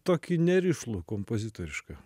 tokį nerišlų kompozitorišką